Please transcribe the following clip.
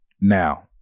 Now